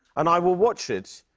and i will watch it,